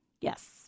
Yes